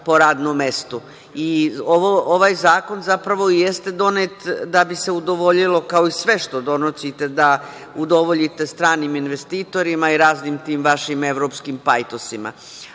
mestu. Ovaj zakon, zapravo, jeste donet da bi se udovoljilo, kao i sve što donosite, da udovoljite stranim investitorima i raznim tim vašim evropskim pajtosima. Ali,